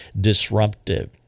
disruptive